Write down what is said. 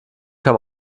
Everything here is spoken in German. kam